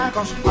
Cause